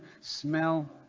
Smell